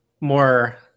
more